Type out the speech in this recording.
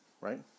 right